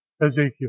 Ezekiel